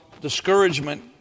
discouragement